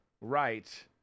right